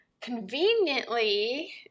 Conveniently